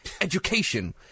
Education